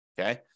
okay